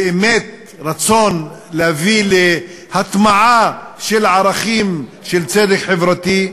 באמת, רצון להביא להטמעה של הערכים של צדק חברתי,